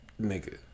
Nigga